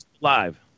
Live